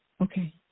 Okay